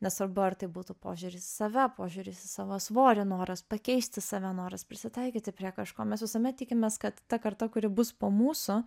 nesvarbu ar tai būtų požiūris į save požiūris į savo svorį noras pakeisti save noras prisitaikyti prie kažko mes visuomet tikimės kad ta karta kuri bus po mūsų